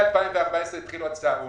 משנת 2014 התחילו הצהרונים,